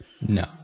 No